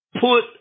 Put